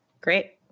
Great